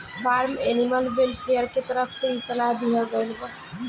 form animal welfare के तरफ से इ सलाह दीहल गईल बा